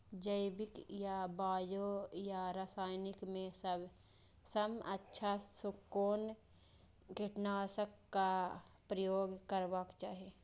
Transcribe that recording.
जैविक या बायो या रासायनिक में सबसँ अच्छा कोन कीटनाशक क प्रयोग करबाक चाही?